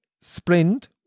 sprint